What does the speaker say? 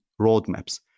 roadmaps